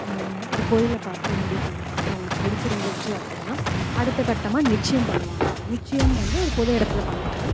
ஒரு கோவில்ல பார்த்து முடிவு பண்ணிப்பாங்க அவங்களுக்கு பிடிச்சிருந்துச்சி அப்படின்னா அடுத்த கட்டமாக நிச்சியம் பண்ணுவாங்க நிச்சியம் வந்து ஒரு பொது இடத்துல பண்ணுவாங்க